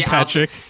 Patrick